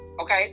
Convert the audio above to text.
Okay